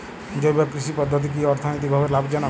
জৈব কৃষি পদ্ধতি কি অর্থনৈতিকভাবে লাভজনক?